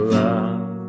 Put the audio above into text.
love